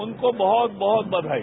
उनको बहुत बहुत बधाई